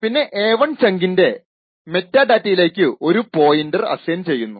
പിന്നെ a1 ചങ്കിൻറെ മെറ്റാഡാറ്റയിലേക്കു ഒരു പോയിന്റർ അസൈൻ ചെയ്യുന്നു